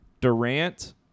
Durant